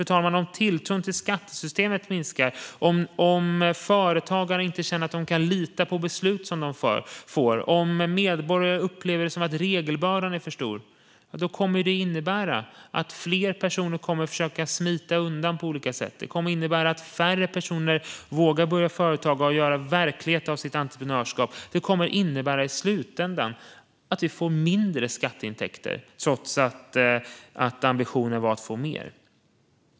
Om tilltron till skattesystemet minskar, om företagare inte känner att de kan lita på beslut som de får och om medborgare upplever det som att regelbördan är för stor kommer det att innebära att fler personer kommer att försöka smita undan på olika sätt. Det kommer att innebära att färre personer vågar börja företaga och göra verklighet av sitt entreprenörskap. Det kommer i slutändan att innebära att vi får mindre skatteintäkter trots att ambitionen var att få mer.